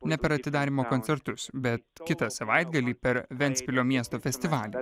ne per atidarymo koncertus bet kitą savaitgalį per ventspilio miesto festivalį